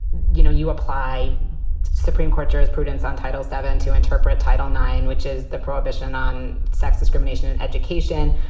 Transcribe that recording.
you, know you apply supreme court jurisprudence on title seven to interpret title nine, which is the prohibition on sex discrimination in education.